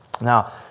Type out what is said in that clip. Now